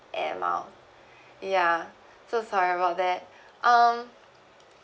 airmiles ya so sorry about that um